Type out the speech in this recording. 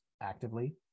actively